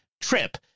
trip